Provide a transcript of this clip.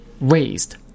raised